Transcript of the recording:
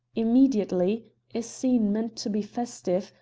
immediately a scene meant to be festive,